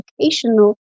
educational